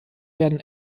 werden